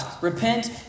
Repent